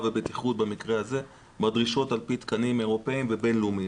ובטיחות בדרישות על פי תקנים אירופאים ובינלאומיים'.